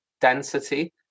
density